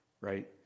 Right